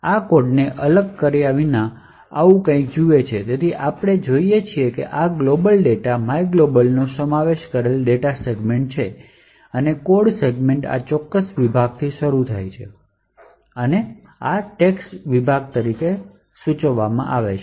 આ કોડને છૂટા કર્યા વિના આવું કંઈક જુએ છે તેથી આપણે જોઈએ છીએ કે આ ગ્લોબલ ડેટા myglob નો સમાવેશ કરેલો ડેટા સેગમેન્ટ છે અને કોડ સેગમેન્ટ્સ આ ચોક્કસ વિભાગથી શરૂ થાય છે જેને ટેક્સ્ટ વિભાગ તરીકે સૂચવવામાં આવે છે